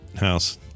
house